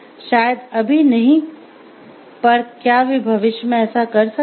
शायद अभी नहीं पर क्या वे भविष्य में ऐसा कर सकते हैं